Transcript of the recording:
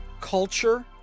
culture